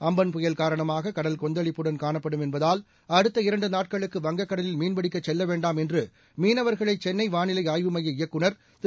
Amphan புயல் காரணமாக கடல் கொந்தளிப்புடன் காணப்படும் என்பதால் அடுத்த இரண்டு நாட்களுக்கு வங்கக்கடலில் மீன்பிடிக்கச் செல்ல வேண்டாம் என்று மீனவா்களை சென்னை வானிலை ஆய்வுமைய இயக்குநர் திரு